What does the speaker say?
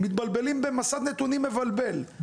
מתבלבלים במסד נתונים מבלבל.